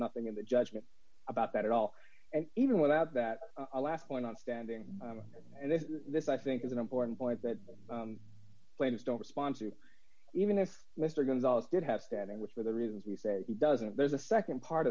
nothing in the judgment about that at all and even without that a last point on standing and then this i think is an important point that the plaintiffs don't respond to even if mr gonzales did have standing which for the reasons we say he doesn't there's a nd part